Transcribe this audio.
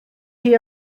chi